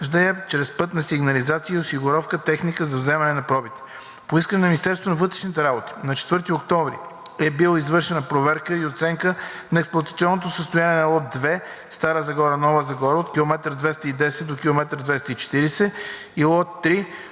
я чрез пътна сигнализация и осигурява техника за взимане на пробите. По искане на Министерството на вътрешните работи на 4 октомври е била извършена проверка и оценка на експлоатационното състояние на Лот 2 Стара Загора – Нова Загора от км 210 до км 240 и Лот 3